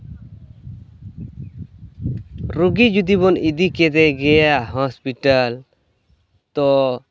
ᱨᱩᱜᱤ ᱡᱩᱫᱤᱵᱚᱱ ᱤᱫᱤ ᱠᱮᱫᱮ ᱜᱮᱭᱟ ᱦᱚᱥᱯᱤᱴᱟᱞ ᱛᱚ